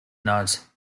nose